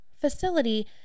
facility